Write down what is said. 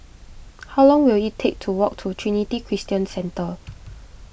how long will it take to walk to Trinity Christian Centre